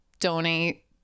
donate